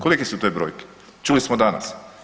Kolike su te brojke, čuli smo danas.